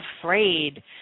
afraid